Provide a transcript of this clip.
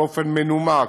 באופן מנומק,